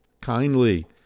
kindly